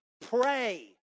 pray